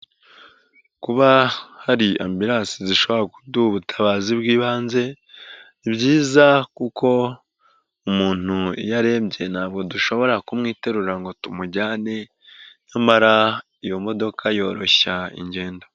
Kuba hari ambiransi zishobora kuduha ubutabazi bw'ibanze, ni byiza kuko umuntu iyo arembye ntabwo dushobora kumwiterura ngo tumujyane, nyamara iyo modoka yoroshya ingendo.